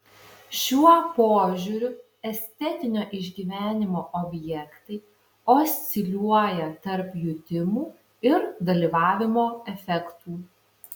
šiuo požiūriu estetinio išgyvenimo objektai osciliuoja tarp jutimų ir dalyvavimo efektų